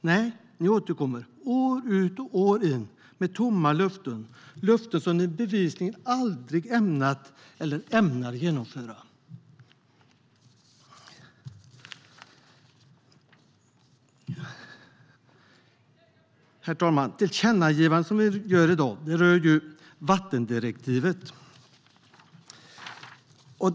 Nej, ni återkommer år ut och år in med tomma löften som ni bevisligen aldrig ämnat eller ämnar genomföra. Herr talman! Tillkännagivandet som vi gör i dag rör vattendirektivet.